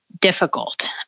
difficult